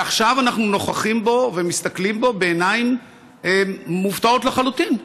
ועכשיו אנחנו נוכחים בו ומסתכלים בו בעיניים מופתעות לחלוטין.